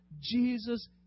Jesus